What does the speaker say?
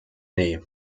nii